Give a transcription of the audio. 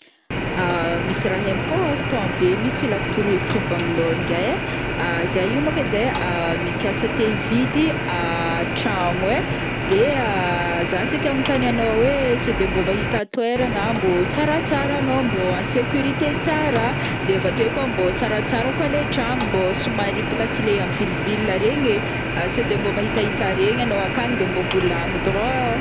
Misy ra important be mitsy ilàko torohevitra avy aminô ingiah ai, za io monko edy ai mikasa te hividy tragno ai, de za saika agnontany anao oe sode mbô maita toeragna mbô tsaratsara anô mbô en sécurite tsara de avake koa mbô tsaratsara koa le tragno mbô somary place le am ville-ville regny e, sode mbô maitaita regny anô akagny de mbô volagno edy rô.